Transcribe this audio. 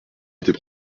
était